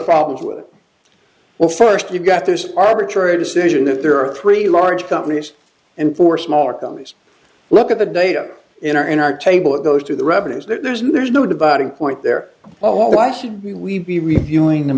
problems with well first you've got this arbitrary decision that there are three large companies and four smaller companies look at the data in our in our table it goes through the revenues there's no there's no dividing point they're all why should we be reviewing the